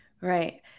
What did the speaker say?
Right